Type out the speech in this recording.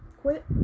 quit